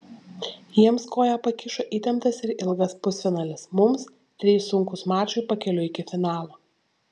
jiems koją pakišo įtemptas ir ilgas pusfinalis mums trys sunkūs mačai pakeliui iki finalo